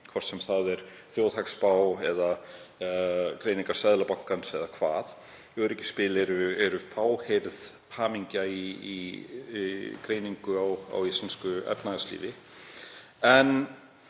hvort sem það er þjóðhagsspá eða greiningar Seðlabankans eða hvað. Öryggisspil eru fáheyrð hamingja í greiningu á íslensku efnahagslífi. En